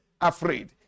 afraid